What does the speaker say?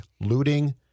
looting